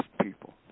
people